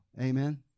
Amen